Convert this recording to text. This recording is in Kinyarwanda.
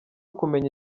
kumenya